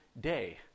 day